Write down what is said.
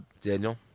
Daniel